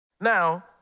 Now